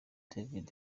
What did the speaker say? david